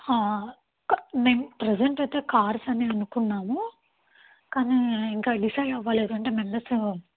మేము ప్రజెంట్ అయితే కార్స్ అని అనుకున్నాము కానీ ఇంకా డిసైడ్ అవ్వలేదు అంటే మెంబర్సు